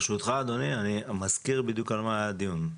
ברשותך אדוני, אני מזכיר בדיוק על מה היה הדיון.